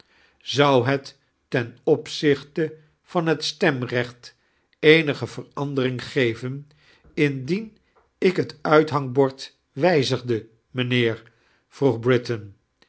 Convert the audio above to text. zou het ten apzdchte van het stemrecht eenigei verandeiring geven indien ik het uithangbord wijzigde mijnheer vnoeg britain